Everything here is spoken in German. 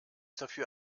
dafür